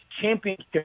championship